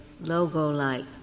logo-like